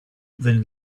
then